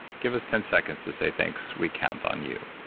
give us ten seconds to say thanks. we count on you.